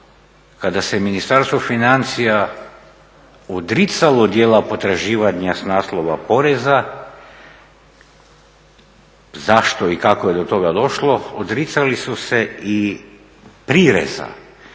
kada se Ministarstvo financija odricalo dijela potraživanja s naslova poreza, zašto i kako je do toga došlo, odricali su se i prireza